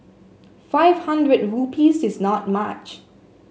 five hundred rupees is not much